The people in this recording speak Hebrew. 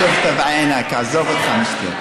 (אומר בערבית: לא ראית אותה בעיניך.) עזוב אותך משטויות.